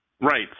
Right